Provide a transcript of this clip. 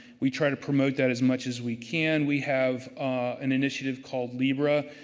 we try to promote that as much as we can. we have an initiative called libra,